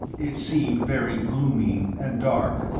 it seemed very gloomy and dark,